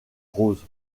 roses